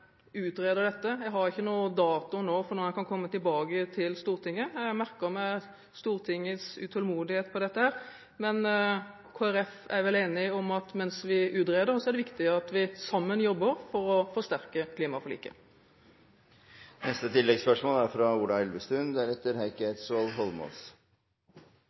utreder dette. Jeg har ikke noen dato for når jeg kan komme tilbake til Stortinget. Jeg merker meg Stortingets utålmodighet rundt dette, men Kristelig Folkeparti er vel enig i at mens vi utreder, er det viktig at vi jobber sammen for å forsterke